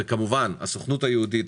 וכמובן הסוכנות היהודית,